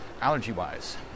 allergy-wise